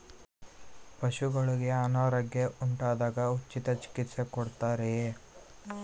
ಪಶುಗಳಿಗೆ ಅನಾರೋಗ್ಯ ಉಂಟಾದಾಗ ಉಚಿತ ಚಿಕಿತ್ಸೆ ಕೊಡುತ್ತಾರೆಯೇ?